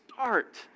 start